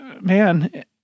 man